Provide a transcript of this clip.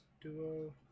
Duo